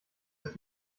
ist